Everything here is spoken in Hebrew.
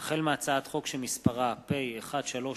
החל בהצעת חוק שמספרה פ/1364/18